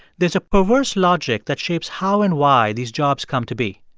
there's a perverse logic that shapes how and why these jobs come to be.